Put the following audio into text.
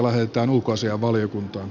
arvoisa puhemies